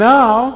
Now